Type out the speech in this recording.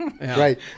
right